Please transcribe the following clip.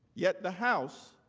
yet, the house,